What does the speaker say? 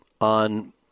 on